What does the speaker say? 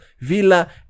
villa